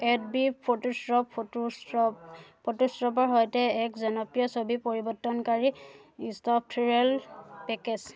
Ed B Photoshop ফটোশ্বপৰ সৈতে এক জনপ্ৰিয় ছবি পৰিৱৰ্তনকাৰী ছফ্টৱেৰ পেকেজ